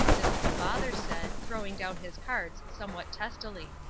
this the father said, throwing down his cards somewhat testily.